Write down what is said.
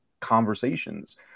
conversations